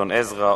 גדעון עזרא,